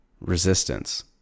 resistance